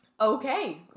Okay